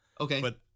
Okay